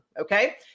okay